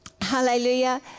Hallelujah